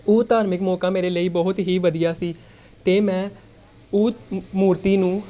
ਉਹ ਧਾਰਮਿਕ ਮੌਕਾ ਮੇਰੇ ਲਈ ਬਹੁਤ ਹੀ ਵਧੀਆ ਸੀ ਅਤੇ ਮੈਂ ਉਹ ਮੂਰਤੀ ਨੂੰ